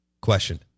question